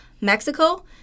Mexico